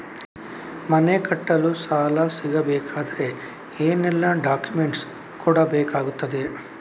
ಮನೆ ಕಟ್ಟಲು ಸಾಲ ಸಿಗಬೇಕಾದರೆ ಏನೆಲ್ಲಾ ಡಾಕ್ಯುಮೆಂಟ್ಸ್ ಕೊಡಬೇಕಾಗುತ್ತದೆ?